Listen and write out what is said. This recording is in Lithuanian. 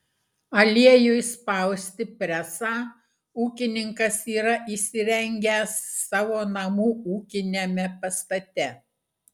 aliejui spausti presą ūkininkas yra įsirengęs savo namų ūkiniame pastate